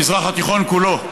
המזרח התיכון כולו,